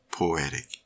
Poetic